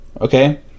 okay